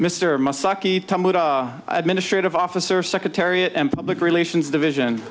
our administrative officer secretary and public relations division